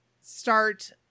start